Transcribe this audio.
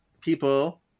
people